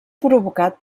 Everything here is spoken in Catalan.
provocat